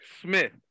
Smith